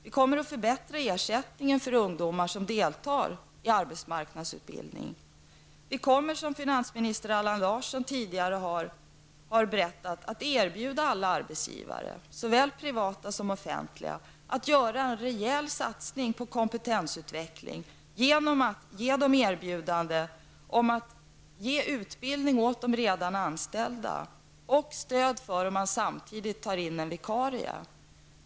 Vi kommer att förbättra ersättningen till de ungdomar som deltar i arbetsmarknadsutbildning. Vi kommer, som finansminister Allan Larsson tidigare har berättat, att göra det möjligt för alla arbetsgivare, såväl privata som offentliga, att göra en rejäl satsning på kompetensutveckling genom att erbjuda utbildning åt de redan anställda och ge dem stöd om de samtidigt tar in en vikarie.